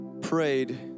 prayed